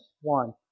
One